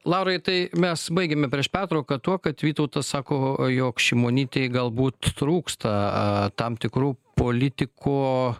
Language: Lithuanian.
laurai tai mes baigėme prieš pertrauką tuo kad vytautas sako jog šimonytei galbūt trūksta tam tikrų politiko